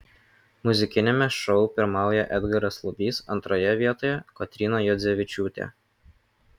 muzikiniame šou pirmauja edgaras lubys antroje vietoje kotryna juodzevičiūtė